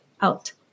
out